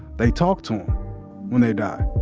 they talk to em when they do. ah